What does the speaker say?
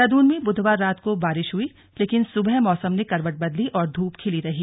देहरादून में बुधवार रात को बारिश हई लेकिन सुबह मौसम ने करवट बदली और धूप खिली रही